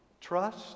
Trust